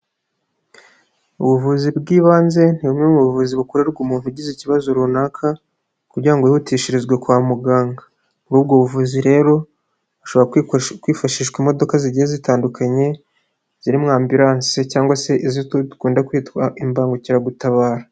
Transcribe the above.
Ubuvuzi bw'ibanze ni bumwe mu buvuzi bukorerwa umuntu ugize ikibazo runaka, kugira ngo yihutishirizwe kwa muganga. muri ubwo buvuzi rero, ushobora kwifashishwa imodoka zigiye zitandukanye, zirimo Ambirance cyangwa izo dukunda kwitwa imbangukiragutabara.